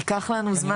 ייקח לנו זמן